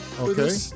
Okay